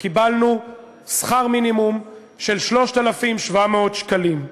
קיבלנו שכר מינימום של 3,700 שקלים.